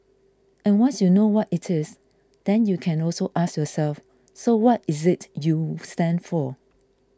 and once you know what it is then you can also ask yourself so what is it you stand for